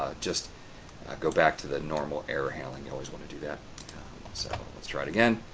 just go back to the normal error handling. you always want to do that so let's try it again.